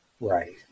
Right